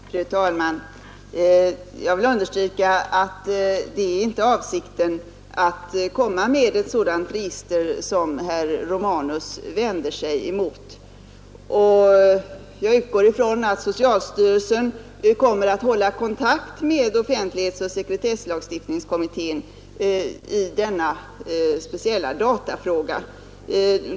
Fru talman! Jag vill understryka att det inte är avsikten att göra ett sådant register som herr Romanus vänder sig emot. Jag utgår ifrån att socialstyrelsen kommer att hålla kontakt med offentlighetsoch sekretesslagstiftningskommittén i denna speciella datafråga.